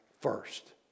first